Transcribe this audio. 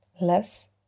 less